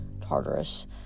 Tartarus